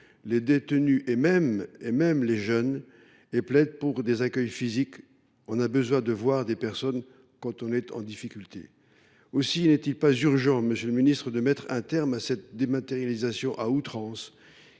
les détenus et même les jeunes. » Enfin, elle plaide pour des accueils physiques :« On a besoin de voir des personnes quand on est en difficulté. » Aussi, n’est il pas urgent, monsieur le ministre, de mettre un terme à cette dématérialisation à outrance,